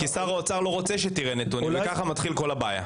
כי שר האוצר לא רוצה שתראה נתונים וככה מתחיל כל הבעיה.